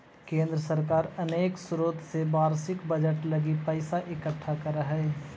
केंद्र सरकार अनेक स्रोत से वार्षिक बजट लगी पैसा इकट्ठा करऽ हई